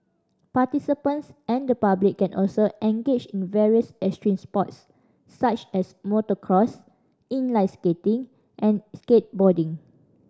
participants and the public can also engage in various extreme sports such as motocross inline skating and skateboarding